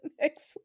next